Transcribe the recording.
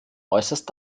äußerst